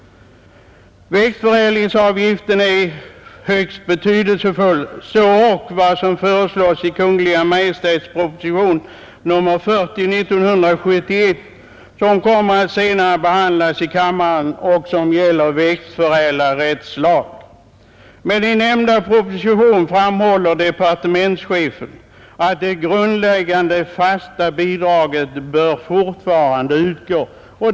Växtförädlingsavgiften är högst betydelsefull, så ock vad som föreslås i Kungl. Maj:ts proposition 40, som kommer att senare behandlas i kammaren och som gäller växtförädlarrättslag. I nämnda proposition framhåller departementschefen att det grundläggande fasta bidraget fortfarande bör utgå.